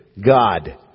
God